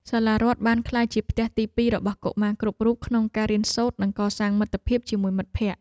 សាលារដ្ឋបានក្លាយជាផ្ទះទីពីររបស់កុមារគ្រប់រូបក្នុងការរៀនសូត្រនិងកសាងមិត្តភាពជាមួយមិត្តភក្តិ។